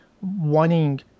wanting